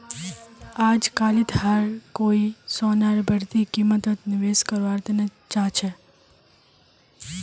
अजकालित हर कोई सोनार बढ़ती कीमतत निवेश कारवार तने चाहछै